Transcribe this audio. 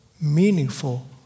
meaningful